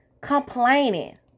complaining